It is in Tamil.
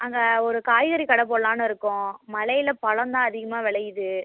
அங்கே ஒரு காய்கறி கடை போடலானு இருக்கோம் மலையில் பழம் தான் அதிகமாக வெளையுது